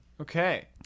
Okay